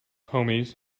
homies